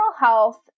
health